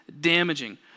damaging